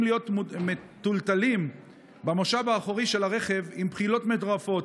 להיות מטולטלים במושב האחורי של הרכב עם בחילות מטורפות,